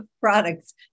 products